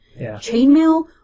Chainmail